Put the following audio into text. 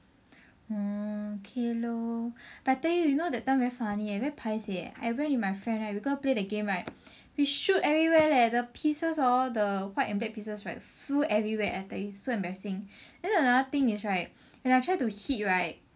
orh okay lor but I tell you you know what that time very funny leh very paiseh leh I went with my friend right then we go play the game right we shoot everywhere leh the pieces hor the white and black pieces flew everywhere I tell you so embarrassing then another thing is right when I try to hit right